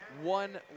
one